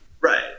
right